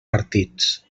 partits